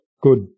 Good